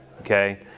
Okay